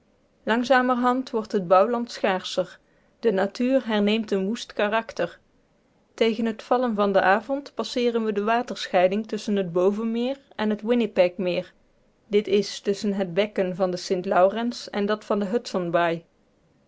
langzamerhand wordt het bouwland schaarscher de natuur herneemt een woest karakter tegen het vallen van den avond passeeren we de waterscheiding tusschen het bovenmeer en het winnipeg meer d i tusschen het bekken van de sint laurens en dat van de hudsonsbaai